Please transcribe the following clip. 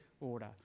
order